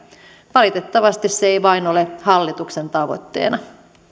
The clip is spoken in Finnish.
valitettavasti se ei vain ole hallituksen tavoitteena